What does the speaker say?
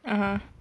(uh huh)